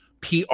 PR